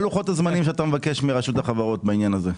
מה לוחות הזמנים שאתה מבקש מרשות החברות בעניין הזה?